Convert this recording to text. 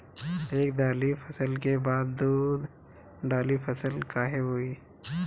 एक दाली फसल के बाद दो डाली फसल काहे बोई?